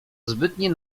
zbytnie